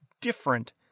different